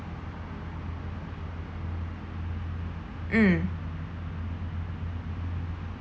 mm